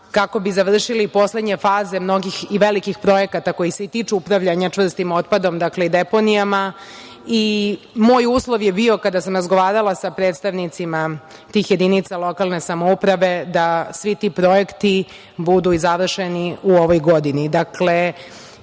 kako bi završili poslednje faze mnogih i velikih projekata koji se i tiču upravljanja čvrstim otpadom i deponijama. Moj uslov je bio kada sam razgovarala sa predstavnicima tih jedinica lokalne samouprave da svi ti projekti budu i završeni u ovoj godini. Dakle,